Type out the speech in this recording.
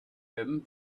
him